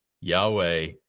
Yahweh